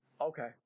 Okay